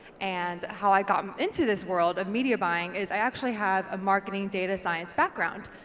and how i got um into this world of media buying is i actually have a marketing data science background.